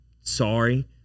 sorry